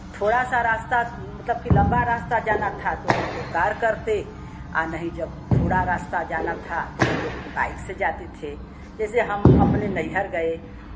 थोड़ा सा रास्ता मतलब कि लंबा रास्ता जाना था तो हम लोग कार करते आ नहीं जब थोड़ा रास्ता जाना था तो हम लोग बाइक से जाते थे जैसे हम अपने नैहर गए